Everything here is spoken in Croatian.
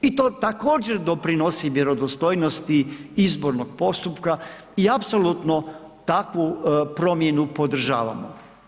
I to također doprinosi vjerodostojnosti izbornog postupka i apsolutno takvu promjenu podržavamo.